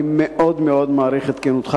אני מאוד מאוד מעריך את כנותך,